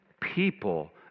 people